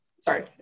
sorry